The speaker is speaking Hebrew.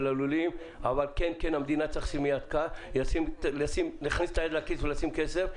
הלולים אבל כן המדינה תכניס את היד לכיס ותשים כסף.